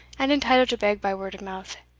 and entitled to beg by word of mouth,